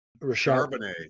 Charbonnet